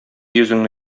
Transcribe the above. йөзеңне